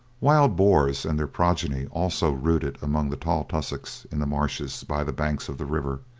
wild boars and their progeny also rooted among the tall tussocks in the marshes by the banks of the river,